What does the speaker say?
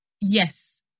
yes